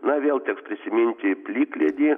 na vėl teks prisiminti plikledį